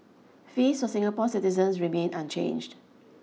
fees for Singapore citizens remain unchanged